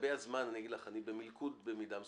לגבי הזמן, אני במלכוד במידה מסוימת.